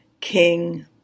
King